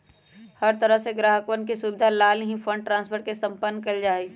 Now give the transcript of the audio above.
हर तरह से ग्राहकवन के सुविधा लाल ही फंड ट्रांस्फर के सम्पन्न कइल जा हई